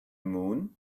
moon